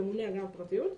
ממונה על הגנת הפרטיות.